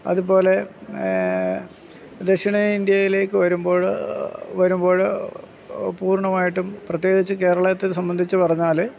അതുപോലെ ദക്ഷിണേന്ത്യയിലേക്ക് വരുമ്പോൾ വരുമ്പോൾ പൂർണ്ണമായിട്ടും പ്രത്യേകിച്ചു കേരളത്തെ സംബന്ധിച്ചു പറഞ്ഞാൽ